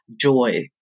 joy